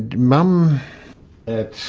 mum at